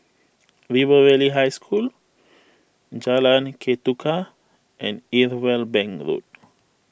River Valley High School Jalan Ketuka and Irwell Bank Road